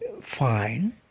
fine